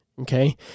Okay